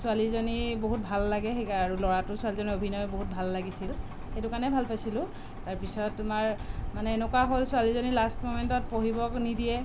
ছোৱালীজনী বহুত ভাল লাগে সেই কাৰণে আৰু ল'ৰাটো ছোৱালীজনীৰ অভিনয় বহুত ভাল লাগিছিল সেইটো কাৰণে ভাল পাইছিলোঁ তাৰপিছত তোমাৰ মানে এনেকুৱা হ'ল ছোৱালীজনী লাষ্ট ম'মেণ্টত পঢ়িব নিদিয়ে